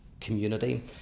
community